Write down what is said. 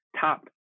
top